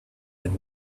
then